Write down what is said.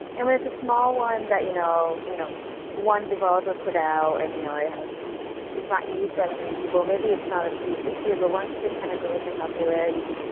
and when it's a small one that you know you know one developer put out and you know it's not used by that many people, maybe it's not a huge issue, but once it kind of goes in popularity,